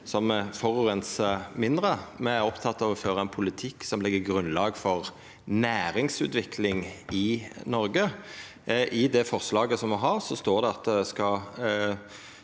som forureinar mindre. Me er opptekne av å føra ein politikk som legg grunnlaget for næringsutvikling i Noreg. I forslaget vårt står det at